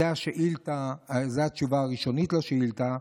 זו התשובה הראשונית לשאילתה,